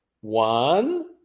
one